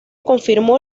confirmó